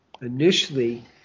initially